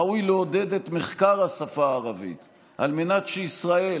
ראוי לעודד את מחקר השפה הערבית כדי שישראל,